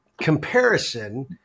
comparison